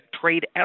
trade